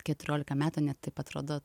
keturiolika metų ne taip atrodo